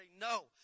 no